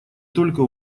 только